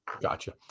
Gotcha